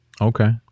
okay